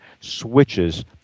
switches